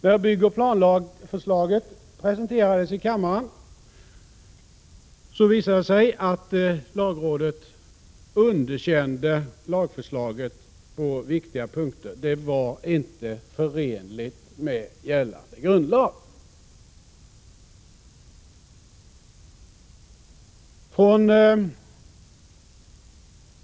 När förslaget om planoch bygglagen presenterades i kammaren visade det sig att lagrådet hade underkänt detta på viktiga punkter. Förslaget var inte förenligt med gällande grundlag.